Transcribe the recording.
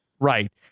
right